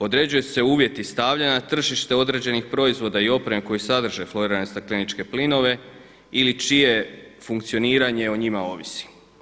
Određuju se uvjeti stavljanja na tržište određenih proizvoda i opreme koji sadrže florirane stakleničke plinove ili čije funkcioniranje o njima ovisi.